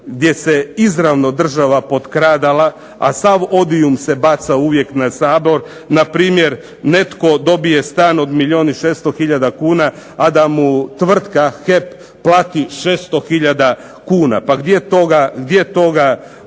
gdje se izravno država potkradala, a sav odium se bacao uvijek na Sabor. Na primjer, netko dobije stan od milijun i 600 hiljada kuna, a da mu tvrtka HEP plati 600 hiljada kuna. Pa gdje toga